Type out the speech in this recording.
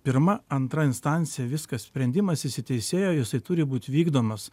pirma antra instancija viskas sprendimas įsiteisėjo jisai turi būt vykdomas